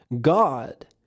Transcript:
God